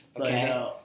Okay